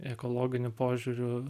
ekologiniu požiūriu